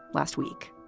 last week.